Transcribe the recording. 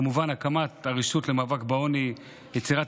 כמובן הקמת הרשות למאבק בעוני ליצירת